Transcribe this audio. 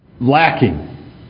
lacking